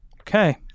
Okay